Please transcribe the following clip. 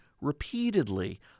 repeatedly